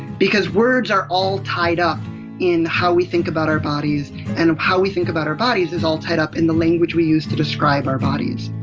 because words are all tied up in how we think about our bodies and how we think about our bodies is all tied up in the language we use to describe our bodies